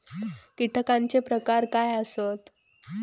कीटकांचे प्रकार काय आसत?